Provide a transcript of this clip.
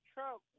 Trump